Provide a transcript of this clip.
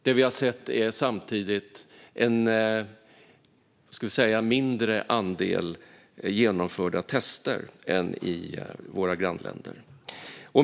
Det vi har sett är samtidigt en mindre andel genomförda tester än i våra grannländer.